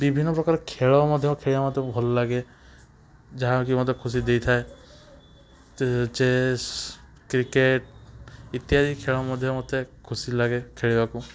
ବିଭିନ୍ନପ୍ରକାର ଖେଳ ମଧ୍ୟ ଖେଳିବାକୁ ମୋତେ ଭଲ ଲାଗେ ଯାହାକି ମୋତେ ଖୁସି ଦେଇଥାଏ ଚେସ୍ କ୍ରିକେଟ୍ ଇତ୍ୟାଦି ଖେଳ ମଧ୍ୟ ମୋତେ ଖୁସି ଲାଗେ ଖେଳିବାକୁ